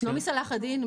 לא מסלאח א-דין.